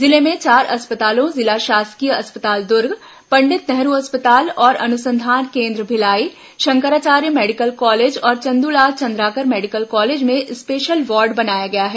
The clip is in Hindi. जिले में चार अस्पतालों जिला शासकीय अस्पताल दर्ग पंडित नेहरू अस्पताल और अनुसंधान केंद्र भिलाई शंकराचार्य मेडिकल कॉलेज और चंदूलाल चंद्राकर मेडिकल कॉलेज में स्पेशल वार्ड बनाया गया है